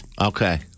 Okay